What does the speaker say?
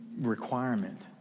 requirement